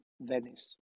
Venice